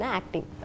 acting